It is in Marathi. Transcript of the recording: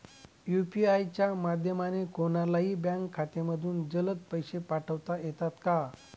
यू.पी.आय च्या माध्यमाने कोणलाही बँक खात्यामधून जलद पैसे पाठवता येतात का?